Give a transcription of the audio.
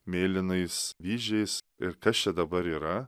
mėlynais vyzdžiais ir kas čia dabar yra